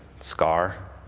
Scar